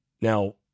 Now